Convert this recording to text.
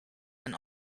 and